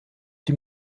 die